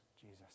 Jesus